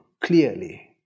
clearly